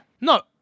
No